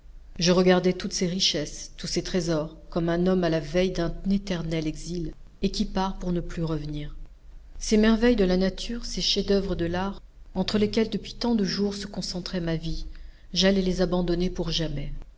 je regardai toutes ces richesses tous ces trésors comme un homme à la veille d'un éternel exil et qui part pour ne plus revenir ces merveilles de la nature ces chefs-d'oeuvre de l'art entre lesquels depuis tant de jours se concentrait ma vie j'allais les abandonner pour jamais